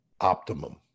optimum